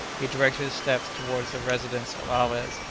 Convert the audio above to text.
he directed his steps towards the residence of alvez,